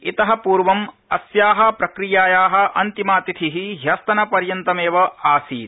इत पूर्व अस्या प्रक्रियाया अन्तिमा तिथि द्यस्तनपर्यन्तमेव आसीत्